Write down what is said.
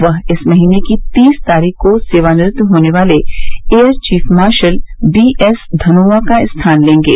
वह इस महीने की तीस तारीख को सेवानिवृत्त होने वाले air chief marshal B S Dhanoa का स्थान लेंगे